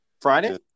Friday